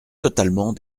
totalement